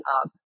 up